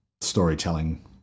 storytelling